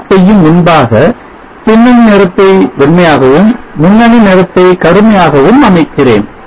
plot செய்யும் முன்பாக பின்னணி நிறத்தை வெண்மையாகவும் முன்னணி நிறத்தை கருமையாகவும் அமைக்கிறேன்